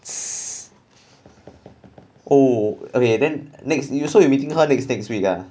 oh okay then next you so you meeting her next next week ah